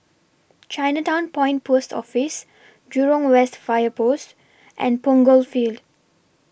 Chinatown Point Post Office Jurong West Fire Post and Punggol Field